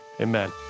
amen